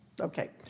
Okay